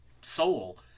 soul